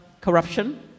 Corruption